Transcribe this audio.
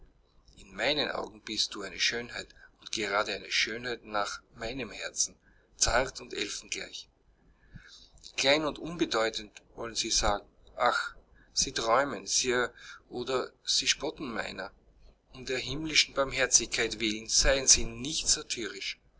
in meinen augen bist du eine schönheit und gerade eine schönheit nach meinem herzen zart und elfengleich klein und unbedeutend wollen sie sagen ach sie träumen sir oder sie spotten meiner um der himmlischen barmherzigkeit willen seien sie nicht